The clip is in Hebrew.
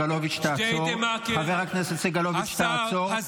ג'דיידה-מכר --- חבר הכנסת סגלוביץ', עצור.